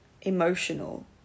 emotional